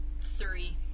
Three